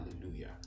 hallelujah